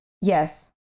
yes